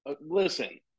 Listen